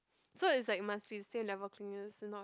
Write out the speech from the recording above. so it's like must be same level of clinginess if not